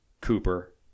Cooper